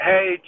Hey